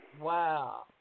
Wow